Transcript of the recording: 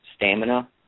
stamina